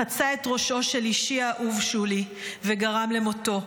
חצה את ראשו של אישי האהוב שולי וגרם למותו,